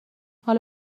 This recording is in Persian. حالا